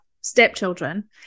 stepchildren